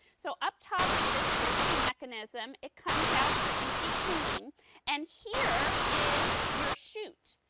so up top is the sifting mechanism, it comes out four easy cleaning and here is your shoot.